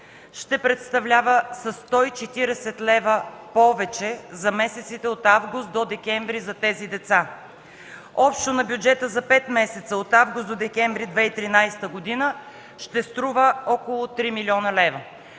ще представлява със 140 лв. повече за месеците от август до декември за тези деца. Общо на бюджета за пет месеца – от август до декември 2013 г. – ще струва около 3 млн. лв.